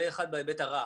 זה אחד בהיבט הרך.